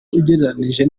ugereranije